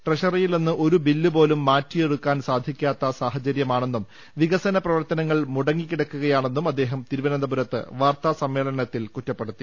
ട്രഷറിയിൽ നിന്ന് ഒരു ബില്ലു പോലും മാറിയെടുക്കാൻ സാധിക്കാത്ത സാഹചര്യമാണെന്നും വികസന പ്രവർത്തനങ്ങൾ മുടങ്ങിക്കിടക്കുയാണെന്നും അദ്ദേഹം തിരുവനന്തപുരത്ത് വാർത്താസമ്മേളനത്തിൽ കുറ്റപ്പെടുത്തി